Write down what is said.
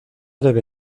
debe